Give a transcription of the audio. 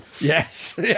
Yes